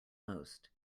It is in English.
most